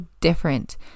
different